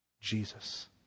Jesus